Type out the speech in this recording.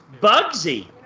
Bugsy